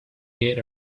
get